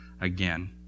again